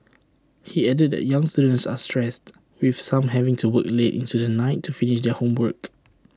he added that young students are stressed with some having to work late into the night to finish their homework